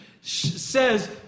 says